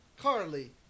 Carly